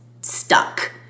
stuck